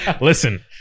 Listen